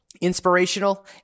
inspirational